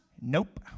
nope